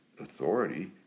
Authority